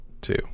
two